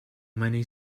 many